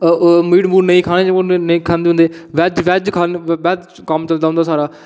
meat ओह् नेईं खांदे होंदे वेज़ वेज़ खाली वेज़ कम होंदा साढ़ा